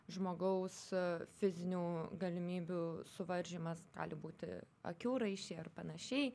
žmogaus fizinių galimybių suvaržymas gali būti akių raiščiai ar panašiai